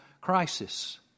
crisis